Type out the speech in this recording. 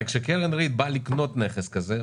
כשקרן ריט באה לקנות נכס כזה,